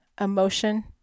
emotion